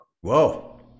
Whoa